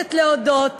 מבקשת להודות